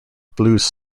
blues